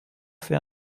fait